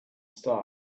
star